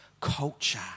culture